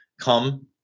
come